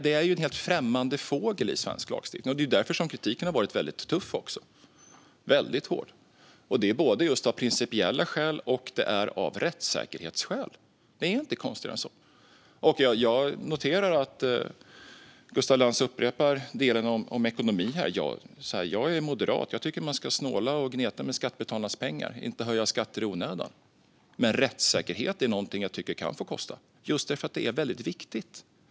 Det är en helt främmande fågel i svensk lagstiftning. Därför har också kritiken varit väldigt tuff och hård, både av principiella skäl och av rättssäkerhetsskäl. Det är inte konstigare än så. Jag noterar att Gustaf Lantz upprepar delen om ekonomi. Jag som moderat tycker att man ska snåla och gneta med skattebetalarnas pengar och inte höja skatter i onödan. Men rättssäkerhet är någonting jag tycker kan få kosta, för det är väldigt viktigt.